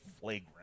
flagrant